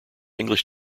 english